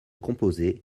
composé